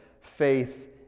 faith